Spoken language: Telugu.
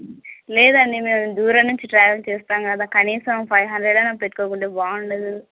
లేదండి మేము దూరం నుంచి ట్రావెల్ చేస్తాం కదా కనీసం ఫైవ్ హండ్రెడ్ అయినా పెట్టుకోకుంటే బాగుండదు